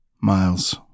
Miles